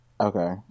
Okay